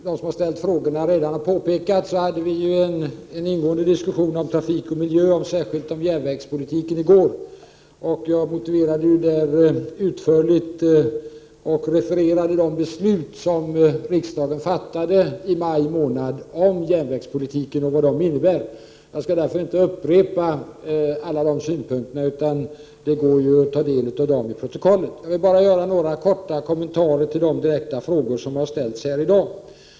Fru talman! Som flera av frågeställarna redan har påpekat hade vi en ingående diskussion om trafik och miljö och särskilt om järnvägspolitiken i går. Jag refererade då och motiverade utförligt de beslut som riksdagen fattade i maj om järnvägspolitiken. Jag skall därför inte upprepa alla dessa synpunkter. Det går att ta del av dem i protokollet. Jag vill bara göra några korta kommentarer till de direkta frågor som har ställts här i dag.